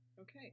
okay